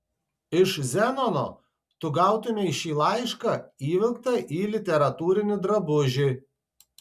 iš zenono tu gautumei šį laišką įvilktą į literatūrinį drabužį